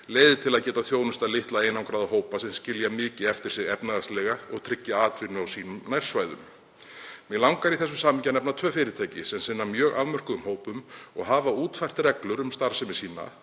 leiðir til að geta þjónustað litla einangraða hópa sem skilja mikið eftir sig efnahagslega og tryggja atvinnu á sínum nærsvæðum. Mig langar í þessu samhengi að nefna tvö fyrirtæki sem sinna mjög afmörkuðum hópum og hafa útfært reglur um starfsemi sína